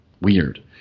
weird